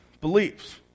beliefs